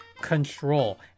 control